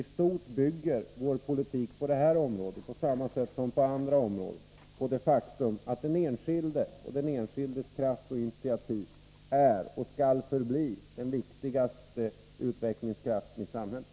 I stort sett bygger vår politik på detta område, liksom på andra områden, på det faktum att den enskildes kraft och initiativ är och skall förbli den viktigaste utvecklingskraften i samhället.